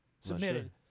Submitted